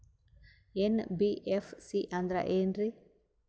NBFC ಅಂದ್ರ ಏನ್ರೀ?